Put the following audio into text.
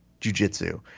jujitsu